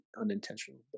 unintentional